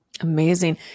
Amazing